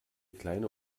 kleine